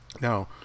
now